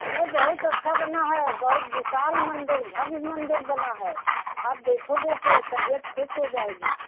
अरे बहुत अच्छा बना है बहुत विशाल मंदिर भव्य मंदिर बना है आप देखोगे तो तबियत ख़ुश हो जाएगी